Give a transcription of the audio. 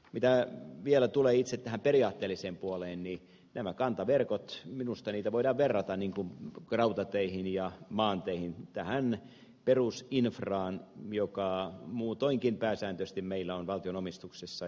mitä vielä tulee itse tähän periaatteelliseen puoleen niin näitä kantaverkkoja minusta voidaan verrata rautateihin ja maanteihin tähän perusinfraan joka muutoinkin pääsääntöisesti meillä on valtion omistuksessa